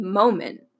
moment